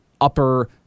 Upper